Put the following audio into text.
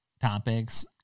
topics